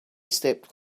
stepped